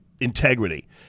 integrity